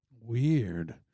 Weird